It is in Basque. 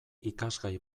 ikasgai